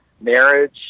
marriage